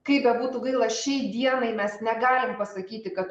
kaip bebūtų gaila šiai dienai mes negalim pasakyti kad